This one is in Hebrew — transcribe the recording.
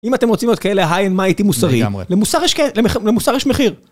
אם אתם רוצים להיות כאלה היין מה איתי מוסרי למוסר יש מחיר.